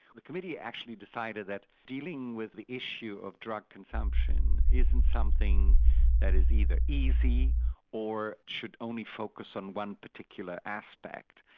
the committee actually decided that dealing with the issue of drug consumption isn't something that is either easy or should only focus on one particular aspect.